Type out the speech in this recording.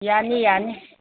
ꯌꯥꯅꯤ ꯌꯥꯅꯤ